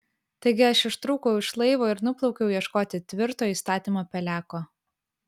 taigi aš ištrūkau iš laivo ir nuplaukiau ieškoti tvirto įstatymo peleko